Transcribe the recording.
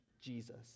Jesus